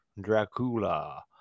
dracula